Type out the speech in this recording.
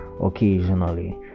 occasionally